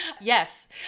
Yes